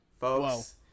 Folks